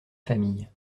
famille